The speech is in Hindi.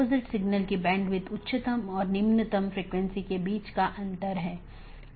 हालाँकि एक मल्टी होम AS को इस प्रकार कॉन्फ़िगर किया जाता है कि यह ट्रैफिक को आगे न बढ़ाए और पारगमन ट्रैफिक को आगे संचारित न करे